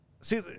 See